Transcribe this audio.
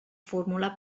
formular